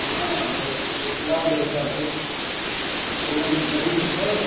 हँ ओसब चीज उपलब्ध हइ सब किछु कोनो मरीज छै